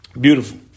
beautiful